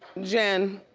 jen,